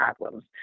problems